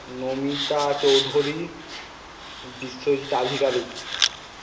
নমিতা চৌধুরি বিশ্বজিৎ আধিকারিক